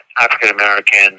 African-American